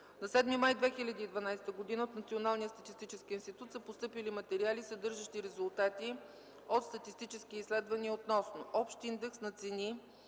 На 7 май 2012 г. от Националния статистически институт са постъпили материали, съдържащи резултати от статистически изследвания относно: „Общ индекс на цени